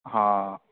हा